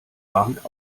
warnt